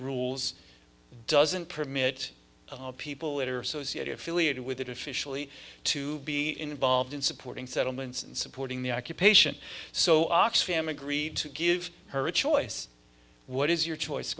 rules doesn't permit people that are associated phillida with it officially to be involved in supporting settlements and supporting the occupation so oxfam agreed to give her a choice what is your choice